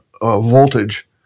voltage